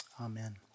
Amen